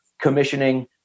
commissioning